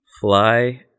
fly